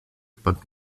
but